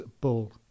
Bull